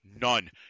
None